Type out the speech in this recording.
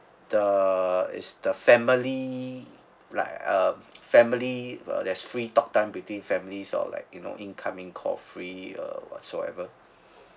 the err is the family like um family uh there's free talk time between families or like you know incoming call free uh whatsoever